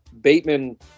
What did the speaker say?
Bateman